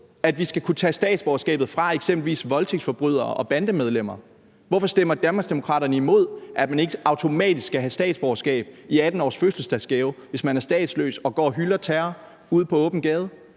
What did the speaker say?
at vi skal kunne tage statsborgerskabet fra eksempelvis voldtægtsforbrydere og bandemedlemmer. Og hvorfor stemmer Danmarksdemokraterne imod, at man ikke automatisk skal have et statsborgerskab i 18-årsfødselsdagsgave, hvis man er statsløs og går og hylder terror ude på åben gade?